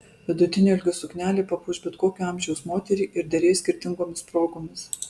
vidutinio ilgio suknelė papuoš bet kokio amžiaus moterį ir derės skirtingomis progomis